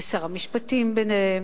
ושר המשפטים ביניהם,